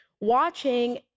watching